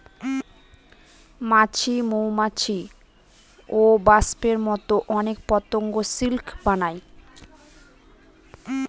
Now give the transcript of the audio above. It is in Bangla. মাছি, মৌমাছি, ওবাস্পের মতো অনেক পতঙ্গ সিল্ক বানায়